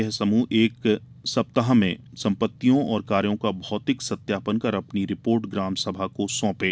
यह समूह एक सप्ताह में सम्पत्तियों और कार्यों का भौतिक सत्यापन कर अपनी रिपोर्ट ग्राम सभा को सौंपे